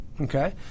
Okay